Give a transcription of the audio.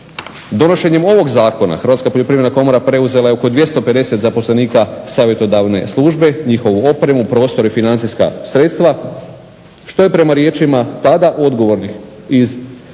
Donošenjem ovog Zakona Hrvatska poljoprivredna komora preuzela je oko 250 zaposlenika savjetodavne službe, njihovu opremu, prostor i financijska sredstva što je prema riječima tada odgovornih iz Vlade